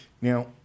Now